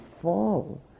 fall